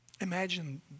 Imagine